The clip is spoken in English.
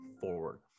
forward